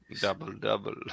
Double-double